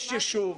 יש יישוב,